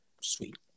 Sweet